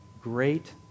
great